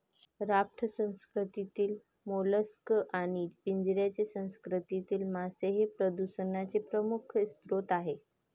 raft संस्कृतीतील mollusc आणि पिंजऱ्याच्या संस्कृतीतील मासे हे प्रदूषणाचे प्रमुख स्रोत आहेत